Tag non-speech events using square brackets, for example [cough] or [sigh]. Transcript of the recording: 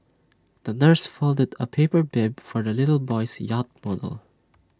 the nurse folded A paper [unintelligible] for the little boy's yacht model